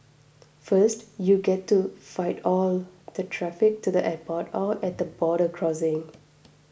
first you get to fight all the traffic to the airport or at the border crossing